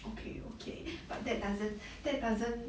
okay okay but that doesn't that doesn't